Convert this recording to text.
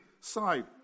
side